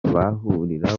bahurira